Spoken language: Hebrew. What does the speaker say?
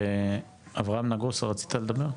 אברהם נגוסה, רצית לדבר?